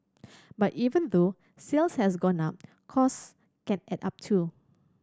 but even though sales has gone up cost can add up too